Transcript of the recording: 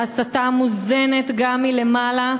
ההסתה מוזנת גם מלמעלה,